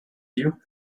you